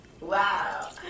Wow